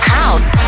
house